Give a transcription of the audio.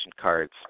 cards